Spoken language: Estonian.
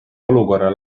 olukorra